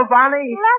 Bonnie